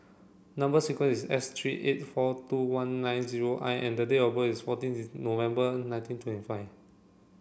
number sequence is S three eight four two one nine zero I and the date of birth is fourteen November nineteen twenty five